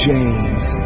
James